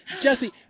Jesse